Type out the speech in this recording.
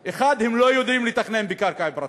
1. הם לא יודעים לתכנן בקרקע פרטית,